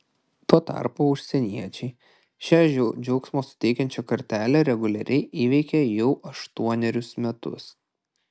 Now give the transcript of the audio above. tuo tarpu užsieniečiai šią džiaugsmo suteikiančią kartelę reguliariai įveikia jau aštuonerius metus